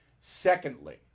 Secondly